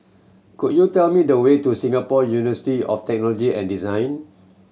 could you tell me the way to Singapore University of Technology and Design